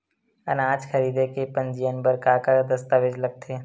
अनाज खरीदे के पंजीयन बर का का दस्तावेज लगथे?